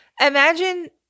imagine –